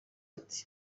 ati